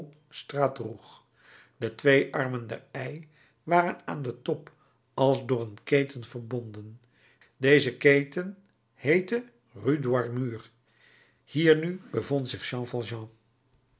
de twee armen der y waren aan den top als door een keten verbonden deze keten heette rue droit mur hier nu bevond zich